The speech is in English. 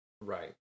Right